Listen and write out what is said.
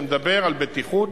שמדבר על בטיחות